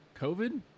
covid